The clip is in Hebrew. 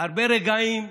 הרבה רגעים,